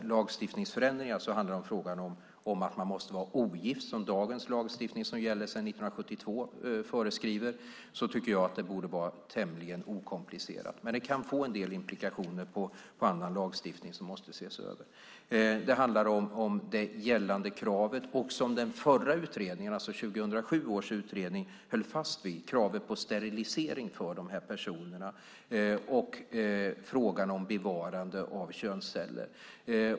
Lagstiftningsförändringarna gäller bland annat detta med att man måste vara ogift, som dagens lagstiftning som gäller sedan 1972 föreskriver. Jag tycker att det borde vara tämligen okomplicerat att ändra detta, men det kan få en del implikationer för annan lagstiftning, som måste ses över. Det handlar också om det gällande kravet på sterilisering, som 2007 års utredning höll fast vid, och om frågan om bevarande av könsceller.